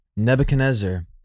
Nebuchadnezzar